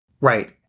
Right